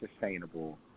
sustainable